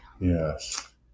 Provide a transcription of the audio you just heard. yes